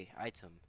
item